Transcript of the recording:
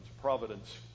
providence